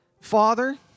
Father